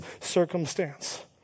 circumstance